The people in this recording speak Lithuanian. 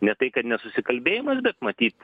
ne tai kad nesusikalbėjimas bet matyt